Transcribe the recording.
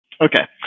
Okay